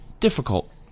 difficult